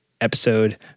episode